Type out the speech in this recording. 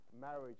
marriage